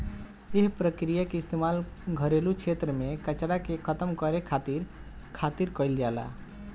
एह प्रक्रिया के इस्तेमाल घरेलू क्षेत्र में कचरा के खतम करे खातिर खातिर कईल जाला